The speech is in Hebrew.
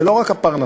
זה לא רק הפרנסה,